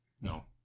No